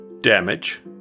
damage